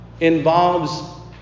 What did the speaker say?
involves